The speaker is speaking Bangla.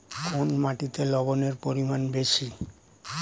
কোন মাটিতে লবণের পরিমাণ বেশি?